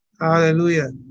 Hallelujah